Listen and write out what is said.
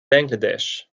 bangladesh